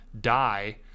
die